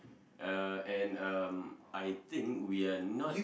uh and um I think we are not